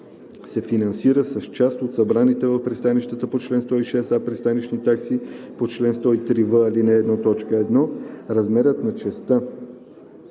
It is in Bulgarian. се финансира с част от събраните в пристанищата по чл. 106а пристанищни такси по чл. 103в, ал. 1, т. 1. Размерът на частта